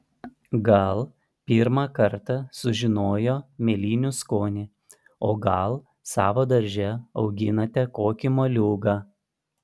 gal pirmą kartą sužinojo mėlynių skonį o gal savo darže auginate kokį moliūgą